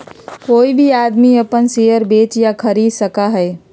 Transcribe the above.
कोई भी आदमी अपन शेयर बेच या खरीद सका हई